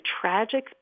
tragic